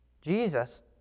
Jesus